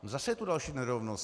Zase je tu další nerovnost.